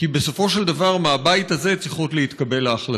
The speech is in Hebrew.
כי בסופו של דבר מהבית הזה צריכות להתקבל ההחלטות.